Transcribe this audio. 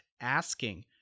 asking